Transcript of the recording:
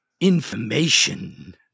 information